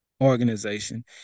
organization